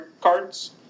cards